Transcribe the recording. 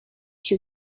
you